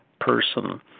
person